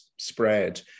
spread